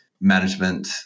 management